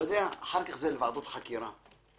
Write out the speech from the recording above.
אחר כך זה לוועדות חקירה.